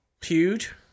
Huge